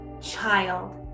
child